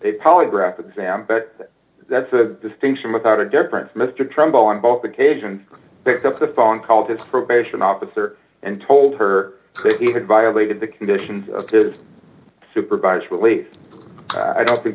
a polygraph exam but that's a distinction without a difference mr trumbull on both occasions picked up the phone called his probation officer and told her that he had violated the conditions of his supervised release i don't think